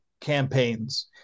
campaigns